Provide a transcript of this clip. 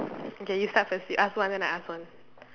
okay you start first you ask one then I ask one